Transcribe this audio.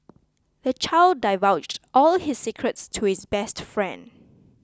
the child divulged all his secrets to his best friend